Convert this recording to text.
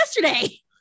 yesterday